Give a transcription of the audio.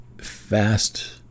fast